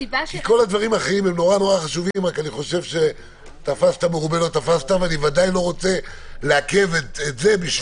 הוא עדיין דבר שאני חושב שאתם כן צריכים לעשות.